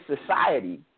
society